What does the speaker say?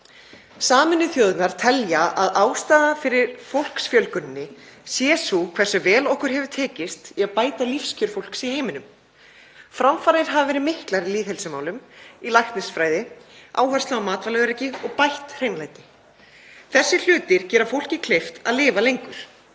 Sameinuðu þjóðirnar telja að ástæðan fyrir fólksfjölguninni sé sú hversu vel okkur hefur tekist að bæta lífskjör fólks í heiminum. Framfarir hafa verið miklar í lýðheilsumálum, í læknisfræði, áhersla lögð á matvælaöryggi og bætt hreinlæti. Þessir hlutir gera fólki kleift að lifa lengur.